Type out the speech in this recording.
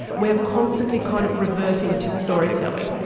we are constantly kind of reverting to storytelling.